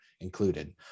included